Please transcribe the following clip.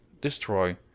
Destroy